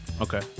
Okay